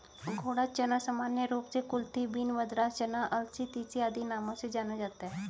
घोड़ा चना सामान्य रूप से कुलथी बीन, मद्रास चना, अलसी, तीसी आदि नामों से जाना जाता है